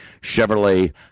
Chevrolet